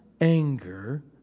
anger